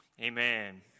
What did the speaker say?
Amen